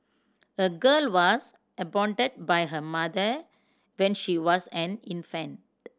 a girl was abandoned by her mother when she was an infant